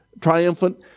triumphant